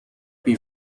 hier